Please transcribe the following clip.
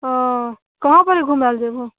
ओ कहाँ पर घूमै लै जेबहो